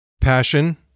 passion